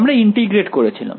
আমরা ইন্টিগ্রেট করেছিলাম